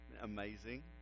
Amazing